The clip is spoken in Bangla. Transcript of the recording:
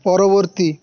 পরবর্তী